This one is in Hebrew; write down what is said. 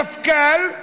מפכ"ל,